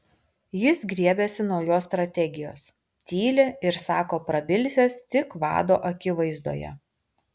jis griebiasi naujos strategijos tyli ir sako prabilsiąs tik vado akivaizdoje